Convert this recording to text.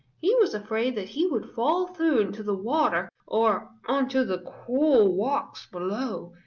he was afraid that he would fall through into the water or onto the cruel rocks below.